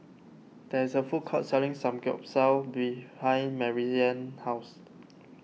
there is a food court selling Samgyeopsal behind Maryann's house